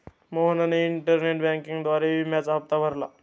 मोहनने इंटरनेट बँकिंगद्वारे विम्याचा हप्ता भरला